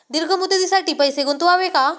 दीर्घ मुदतीसाठी पैसे गुंतवावे का?